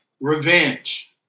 Revenge